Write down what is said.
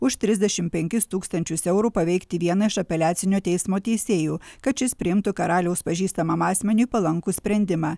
už trisdešimt penkis tūkstančius eurų paveikti vieną iš apeliacinio teismo teisėjų kad šis priimtų karaliaus pažįstamam asmeniui palankų sprendimą